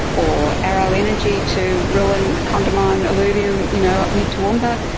or arrow energy to ruin the condamine alluvium you know, up near toowoomba.